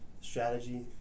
strategy